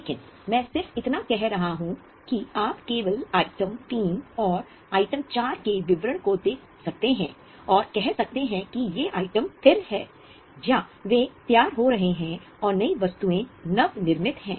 लेकिन मैं सिर्फ इतना कह रहा हूं कि आप केवल आइटम 3 और 4 के विवरण को देख सकते हैं और कह सकते हैं कि ये आइटम स्थिर हैं या वे तैयार हो रहे हैं और नई वस्तुएं नव निर्मित हैं